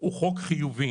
הוא חוק חיובי.